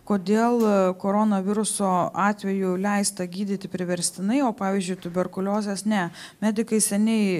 kodėl koronaviruso atveju leista gydyti priverstinai o pavyzdžiui tuberkuliozės ne medikai seniai